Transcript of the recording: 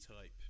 type